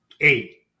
eight